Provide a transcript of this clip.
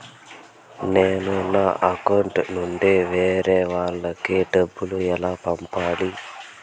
నేను నా అకౌంట్ నుండి వేరే వాళ్ళకి డబ్బును ఎలా పంపాలి?